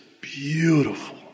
beautiful